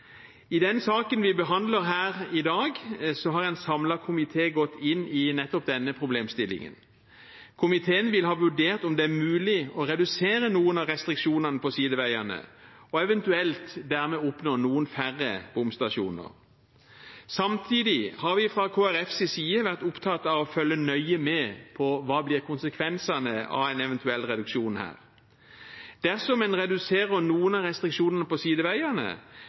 I den saken vi behandler her i dag, har en samlet komité gått inn i nettopp denne problemstillingen. Komiteen vil ha vurdert om det er mulig å redusere noen av restriksjonene på sideveiene og eventuelt dermed oppnå noen færre bomstasjoner. Samtidig har vi fra Kristelig Folkepartis side vært opptatt av å følge nøye med på hva som blir konsekvensene av en eventuell reduksjon her. Dersom en reduserer noen av restriksjonene på sideveiene,